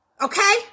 okay